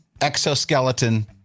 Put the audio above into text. exoskeleton